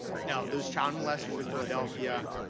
now those child molesters in philadelphia,